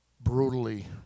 brutally